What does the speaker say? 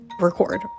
record